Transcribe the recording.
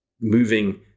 moving